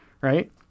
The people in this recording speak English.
right